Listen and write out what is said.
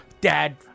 Dad